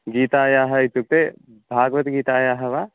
गीतायाः इत्युक्ते भगवद्गीतायाः वा